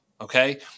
okay